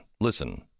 Listen